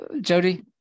Jody